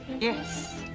Yes